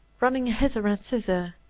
running hither and thither,